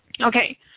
Okay